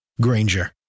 Granger